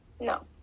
no